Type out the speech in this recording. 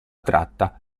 tratta